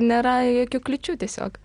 nėra jokių kliūčių tiesiog